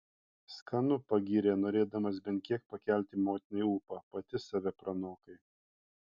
skanu pagyrė norėdamas bent kiek pakelti motinai ūpą pati save pranokai